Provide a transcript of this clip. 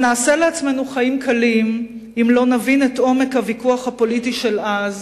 אבל נעשה לעצמנו חיים קלים אם לא נבין את עומק הוויכוח הפוליטי של אז,